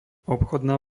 obchodná